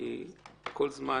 כי כל זמן